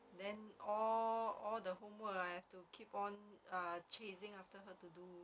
then all all the homework I have to keep on uh chasing after her to do